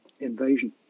invasion